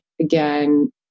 again